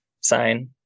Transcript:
sign